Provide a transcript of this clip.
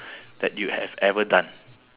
at uh